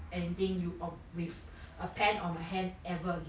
anything you of with a pen on my hand ever again